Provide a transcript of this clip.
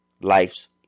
life's